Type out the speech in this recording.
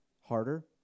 Harder